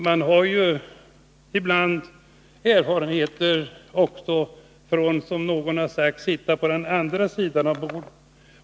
Man har ibland erfarenheter, som någon har sagt, från att sitta på andra sidan av bordet.